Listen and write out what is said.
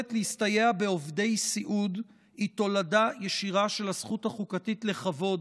היכולת להסתייע בעובדי סיעוד היא תולדה ישירה של הזכות החוקתית לכבוד,